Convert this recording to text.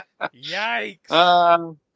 Yikes